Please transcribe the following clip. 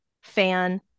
fan